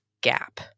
gap